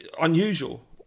unusual